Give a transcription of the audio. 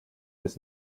this